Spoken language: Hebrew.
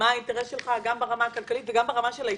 האינטרס שלו גם ברמה הכלכלית וגם ברמה של ההתנהלות.